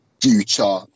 future